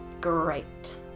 Great